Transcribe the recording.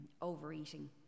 overeating